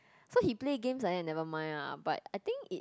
so he play games like that never mind ah but I think it